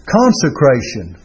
consecration